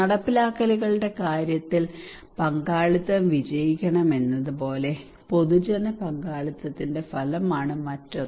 നടപ്പാക്കലുകളുടെ കാര്യത്തിൽ പങ്കാളിത്തം വിജയിക്കണം എന്നതുപോലെ പൊതുജന പങ്കാളിത്തത്തിന്റെ ഫലമാണ് മറ്റൊന്ന്